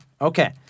Okay